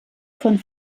von